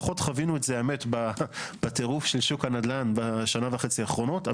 פחות חווינו את זה בטירוף של שוק הנדל"ן בשנה וחצי האחרונות,